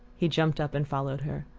he jumped up and followed her.